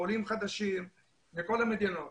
בעולים החדשים מכל המדינות.